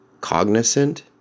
cognizant